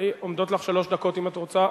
עומדות לך שלוש דקות, אם את רוצה.